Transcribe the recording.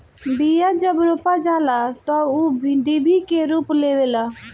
बिया जब रोपा जाला तअ ऊ डिभि के रूप लेवेला